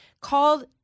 called